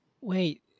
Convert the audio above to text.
Wait